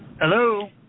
Hello